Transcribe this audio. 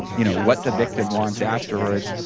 you know what the victim wants afterwards.